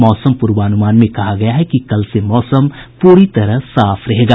मौसम पूर्वानुमान में कहा गया है कि कल से मौसम पूरी तरह साफ रहेगा